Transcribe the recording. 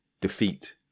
defeat